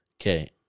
Okay